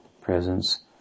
presence